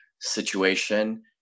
situation